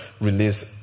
release